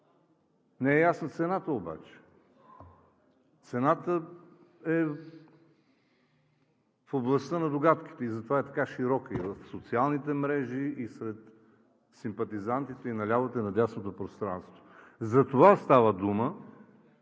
Не е ясна цената обаче, цената е в областта на догадките. Затова е така широка и в социалните мрежи, и сред симпатизантите на лявото и на дясното пространство. Става дума